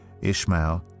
Ishmael